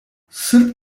sırp